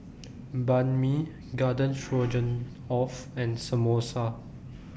Banh MI Garden Stroganoff and Samosa